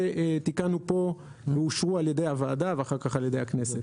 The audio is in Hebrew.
שתיקנו פה וזה אושר על-ידי הוועדה ואחר-כך על-ידי הכנסת.